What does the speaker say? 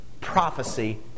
prophecy